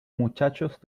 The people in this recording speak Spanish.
muchachos